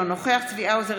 אינו נוכח צבי האוזר,